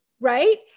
right